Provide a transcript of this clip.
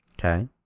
Okay